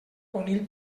conill